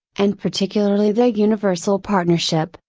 and particularly the universal partnership,